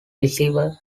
receiver